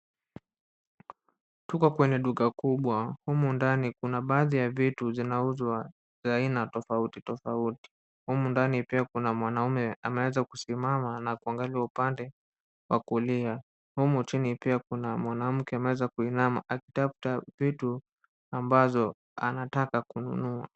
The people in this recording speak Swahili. Tuko kwenye duka kubwa humu ndani kuna baadhi ya vitu zinauzwa za aina tofauti tofauti. Humu ndani pia kuna mwanaume ameweza kusimama na kwangalia upande wa kulia. Humu chini pia kuna mwanamke ameweza kuinama akitafuta vitu ambazo anataka kununua.